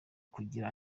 kugira